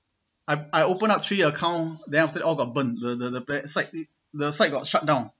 I I open up three account then after that all got burned the the website the site got shut down